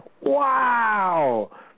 Wow